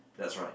that's right